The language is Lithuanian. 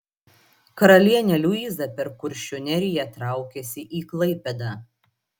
karalienė liuiza per kuršių neriją traukėsi į klaipėdą